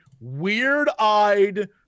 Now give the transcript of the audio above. weird-eyed